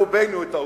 ברובנו את העובדות,